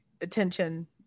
attention